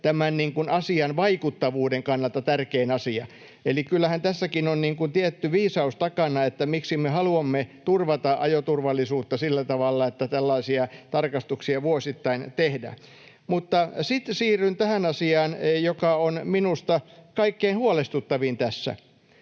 tämän asian vaikuttavuuden kannalta tärkein asia. Eli kyllähän tässäkin on tietty viisaus takana, miksi me haluamme turvata ajoturvallisuutta sillä tavalla, että tällaisia tarkastuksia vuosittain tehdään. Mutta sitten siirryn tähän asiaan, joka on minusta kaikkein huolestuttavin tässä.